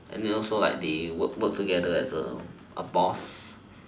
and then also like they work work together as a a boss